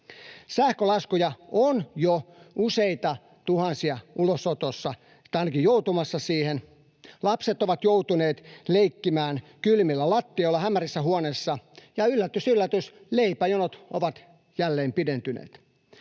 Sähkölaskuja on ulosotossa jo useita tuhansia tai ainakin joutumassa siihen. Lapset ovat joutuneet leikkimään kylmillä lattioilla hämärissä huoneissa, ja yllätys yllätys: leipäjonot ovat jälleen pidentyneet.